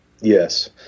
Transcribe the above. Yes